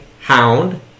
Hound